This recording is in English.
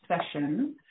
session